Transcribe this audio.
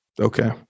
okay